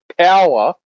power